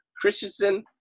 christensen